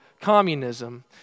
communism